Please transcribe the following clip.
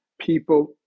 people